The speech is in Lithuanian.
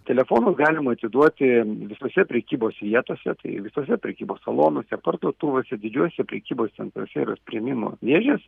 telefonus galima atiduoti visose prekybos vietose tai visuose prekybos salonuose parduotuvėse didžiuosiuose prekybos centruose yra priėmimo dėžės